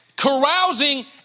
Carousing